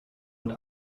und